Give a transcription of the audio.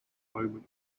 romans